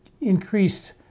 increased